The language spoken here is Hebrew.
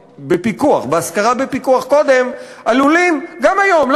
בהשכרה בפיקוח קודם עלולים גם היום,